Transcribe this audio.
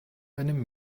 einem